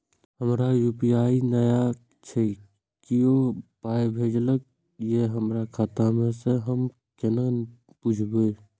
हमरा यू.पी.आई नय छै कियो पाय भेजलक यै हमरा खाता मे से हम केना बुझबै?